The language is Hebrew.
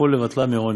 סופו לבטלה מעוני.